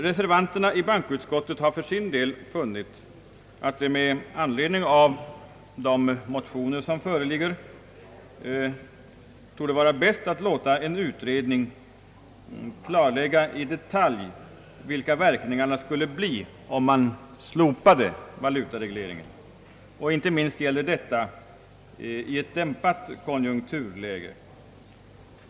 Reservanterna i bankoutskottet har för sin del funnit att det med anledning av de motioner som föreligger torde vara bäst att låta en utredning i detalj klarlägga vilka verkningarna skulle bli, om valutaregleringen slopades. Inte minst gäller detta i ett dämpat konjunkturläge.